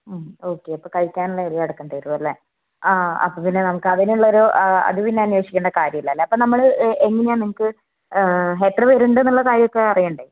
okay അപ്പം കഴിക്കാനുള്ള area എടുക്കേണ്ടി വരും അല്ലേ ആ അപ്പം പിന്നെ നമുക്ക് അതിനുള്ളൊരു അത് പിന്നെ അന്വേഷിക്കേണ്ട കാര്യമില്ല അല്ലേ അപ്പം നമ്മൾ എങ്ങനെയാണ് നിങ്ങൾക്ക് എത്ര പേർ ഉണ്ടെന്നുള്ള കാര്യം ഒക്കെ അറിയേണ്ടേ